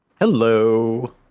hello